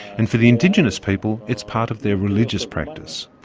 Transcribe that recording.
and for the indigenous people it's part of their religious practice.